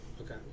Okay